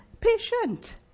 patient